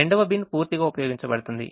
రెండవ బిన్ పూర్తిగా ఉపయోగించబడుతుంది